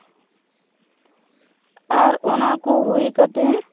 ᱟᱨ ᱚᱱᱟᱠᱚ ᱦᱩᱭ ᱠᱟᱛᱮ